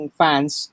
fans